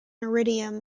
iridium